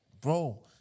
bro